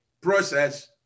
process